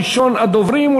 ראשון הדוברים,